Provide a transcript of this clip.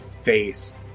face